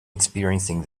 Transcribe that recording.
experiencing